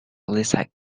lisa